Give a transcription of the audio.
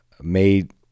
made